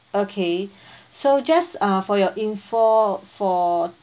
okay so just ah for your info for